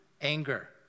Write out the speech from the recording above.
anger